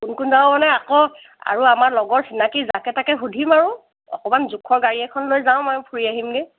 কোন কোন যাব মানে আকৌ আৰু আমাৰ লগৰ চিনাকি যাকে তাকে সুধিম আৰু অকণমান জোখৰ গাড়ী এখন লৈ যাম আৰু ফুৰি আহিমগৈ